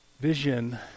Vision